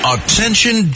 Attention